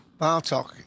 Bartok